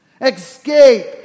Escape